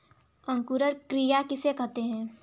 अंकुरण क्रिया किसे कहते हैं?